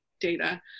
data